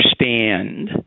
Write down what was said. understand